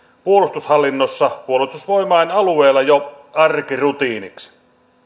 puolustushallinnossa puolustusvoimain alueella jo arkirutiiniksi